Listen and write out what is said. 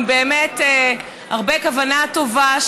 באמת עם הרבה כוונה טובה,